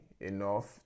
enough